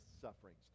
sufferings